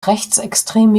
rechtsextreme